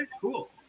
Cool